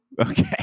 Okay